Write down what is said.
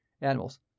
animals